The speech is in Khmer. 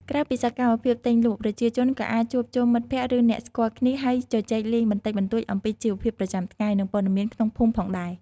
ក្រៅពីសកម្មភាពទិញលក់ ប្រជាជនក៏អាចជួបជុំមិត្តភក្តិ ឬអ្នកស្គាល់គ្នា ហើយជជែកលេងបន្តិចបន្តួចអំពីជីវភាពប្រចាំថ្ងៃ ឬព័ត៌មានក្នុងភូមិផងដែរ។